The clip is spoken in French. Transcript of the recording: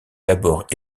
d’abord